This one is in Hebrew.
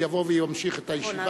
אם יבוא וימשיך את הישיבה.